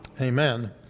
Amen